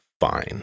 fine